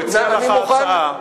הוא הציע לך הצעה אז תרים את הכפפה.